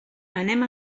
anem